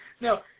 No